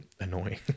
annoying